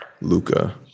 Luca